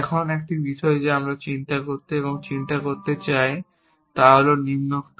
এখন একটি বিষয় যা আমি চিন্তা করতে এবং চিন্তা করতে চাই তা হল নিম্নোক্ত